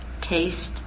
taste